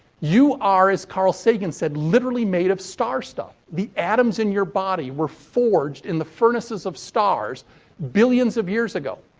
you are, as carl sagan said, literally made of star-stuff. the atoms in your body were forged in the furnaces of stars billions of years ago.